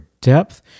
depth